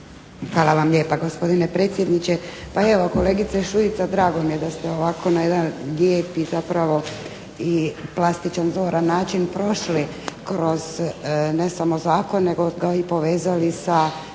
Hvala vam lijepa gospodine predsjedniče. Pa evo kolegice Šuica drago mi je da ste ovako na lijep i zapravo i plastičan, zoran način prošli kroz ne samo zakon, nego ga i povezali sa